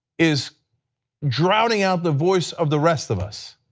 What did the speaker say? is drowning out the voice of the rest of us.